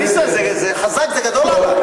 ניסן, זה חזק, זה גדול עלי.